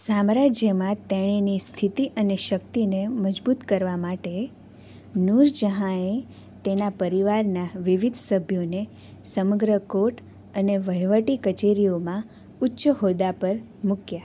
સામ્રાજ્યમાં તેણીની સ્થિતિ અને શક્તિને મજબૂત કરવા માટે નૂરજહાંએ તેના પરિવારના વિવિધ સભ્યોને સમગ્ર કોર્ટ અને વહીવટી કચેરીઓમાં ઉચ્ચ હોદ્દા પર મૂક્યા